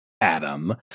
Adam